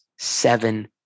seven